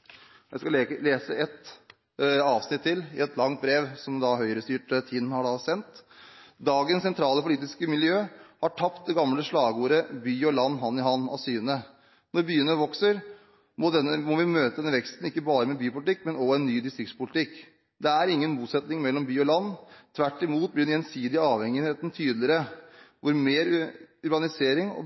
i brevet som Høyre-styrte Tinn kommune har sendt, står det at dagens sentrale politiske miljø har tapt det gamle slagordet «By og land – hand i hand» av syne – når byene vokser, må vi møte denne veksten ikke bare med bypolitikk, men òg med en ny distriktspolitikk. Det er ingen motsetning mellom by og land, hevdes det: Tvert imot blir den gjensidige avhengigheten tydeligere – jo mer urbanisering og